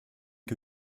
que